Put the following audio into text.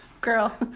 Girl